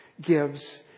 gives